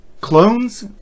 Clones